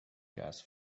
gas